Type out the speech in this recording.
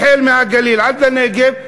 החל מהגליל עד לנגב,